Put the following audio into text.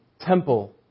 temple